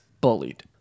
bullied